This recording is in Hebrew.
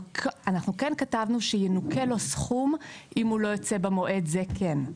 אנחנו כן כתבנו שינוכה לו סכום אם הוא לא יוצא במועד זה כן.